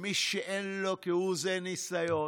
למי שאין לו כהוא זה ניסיון,